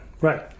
Right